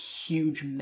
Huge